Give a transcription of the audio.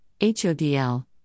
HODL